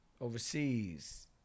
overseas